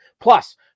Plus